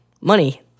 money